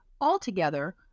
altogether